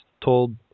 told